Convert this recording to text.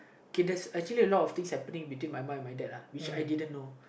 okay there's actually a lot of things happening between my mum and my dad lah which I didn't know